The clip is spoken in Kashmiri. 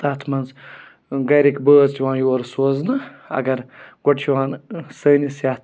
تَتھ منٛز گَرِکۍ بٲژ تہِ یِوان یور سوزنہٕ اگر گۄڈٕ چھِ یِوان سٲنِس یَتھ